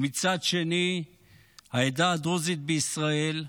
ומצד שני העדה הדרוזית בישראל,